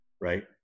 right